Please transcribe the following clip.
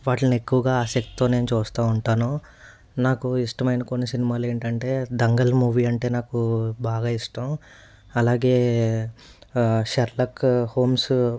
వాటిని ఎక్కువగా ఆసక్తితో నేను చూస్తూ ఉంటాను నాకు ఇష్టమైన కొన్ని సినిమాలు ఏంటంటే దంగల్ మూవీ అంటే నాకు బాగా ఇష్టం అలాగే షెర్లాక్ హోమ్సు